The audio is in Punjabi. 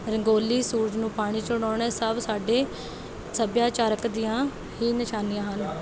ਰੰਗੋਲੀ ਸੂਰਜ ਨੂੰ ਪਾਣੀ ਚੜ੍ਹਾਉਣਾ ਸਭ ਸਾਡੇ ਸੱਭਿਆਚਾਰਕ ਦੀਆਂ ਹੀ ਨਿਸ਼ਾਨੀਆਂ ਹਨ